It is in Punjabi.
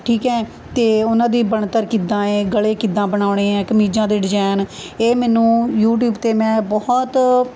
ਠੀਕ ਹੈ ਅਤੇ ਉਹਨਾਂ ਦੀ ਬਣਤਰ ਕਿੱਦਾਂ ਏ ਗਲੇ ਕਿੱਦਾਂ ਬਣਾਉਣੇ ਏ ਕਮੀਜ਼ਾਂ ਦੇ ਡਿਜ਼ਾਈਨ ਇਹ ਮੈਨੂੰ ਯੂਟਿਊਬ 'ਤੇ ਮੈਂ ਬਹੁਤ